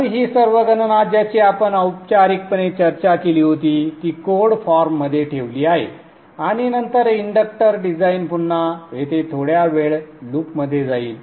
तर ही सर्व गणना ज्याची आपण औपचारिकपणे चर्चा केली होती ती कोड फॉर्ममध्ये ठेवली आहे आणि नंतर इंडक्टर डिझाइन पुन्हा येथे थोड्या वेळ लूपमध्ये जाईल